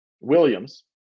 Williams